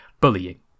bullying